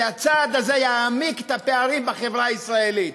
כי הצעד הזה יעמיק את הפערים בחברה הישראלית.